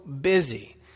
busy